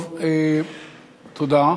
טוב, תודה.